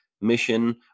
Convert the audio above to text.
mission